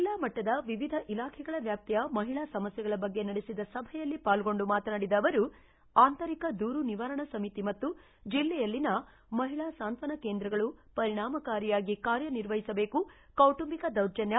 ಜಿಲ್ಲಾ ಮಟ್ಟದ ವಿವಿಧ ಇಲಾಖೆಗಳ ವ್ಯಾಪ್ತಿಯ ಮಹಿಳಾ ಸಮಸ್ಕೆಗಳ ಬಗ್ಗೆ ನಡೆಸಿದ ಸಭೆಯಲ್ಲಿ ಪಾಲ್ಗೊಂಡು ಮಾತನಾಡಿದ ಅವರು ಅಂತರಿಕ ದೂರು ನಿವಾರಣಾ ಸಮಿತಿ ಮತ್ತು ಜಿಲ್ಲೆಯಲ್ಲಿನ ಮಹಿಳಾ ಸಾಂತ್ವನ ಕೇಂದ್ರಗಳು ಪರಿಣಾಮಕಾರಿಯಾಗಿ ಕಾರ್ಯ ನಿರ್ವಹಿಸಬೇಕು ಕೌಟುಂಬಿಕ ದೌರ್ಜನ್ಯ